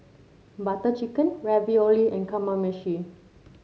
Butter Chicken Ravioli and Kamameshi